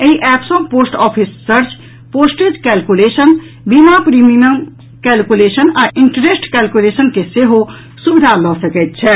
एहि एप सॅ post office search postage calculation बीमा प्रीमियम कैलकुलेशन आ इंटरेस्ट कैलकुलेशन के सेहो सुविधा लऽ सकैत छथि